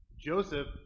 Joseph